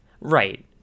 right